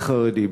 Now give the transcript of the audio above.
לחרדים.